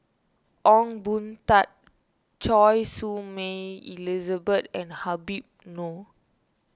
Ong Boon Tat Choy Su Moi Elizabeth and Habib Noh